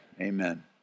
amen